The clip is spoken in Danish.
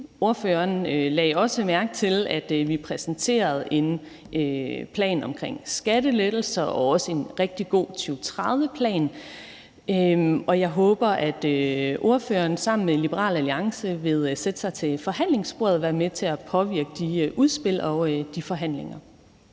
Ordføreren lagde også mærke til, at vi præsenterede en plan omkring skattelettelser og også en rigtig god 2030-plan, og jeg håber, at ordføreren sammen med Liberal Alliance vil sætte sig til forhandlingsbordet og være med til at påvirke de udspil og de forhandlinger.